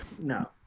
No